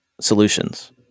solutions